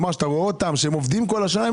שאתה רואה שעובדים כל השנה,